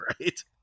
right